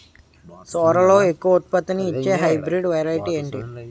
సోరలో ఎక్కువ ఉత్పత్తిని ఇచే హైబ్రిడ్ వెరైటీ ఏంటి?